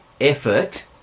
effort